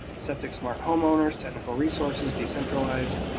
septic smart homeowners, technical resources, decentralized,